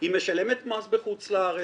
היא משלמת מס בחוץ לארץ,